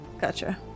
Gotcha